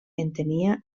entenia